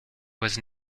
was